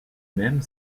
même